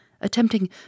attempting